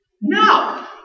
No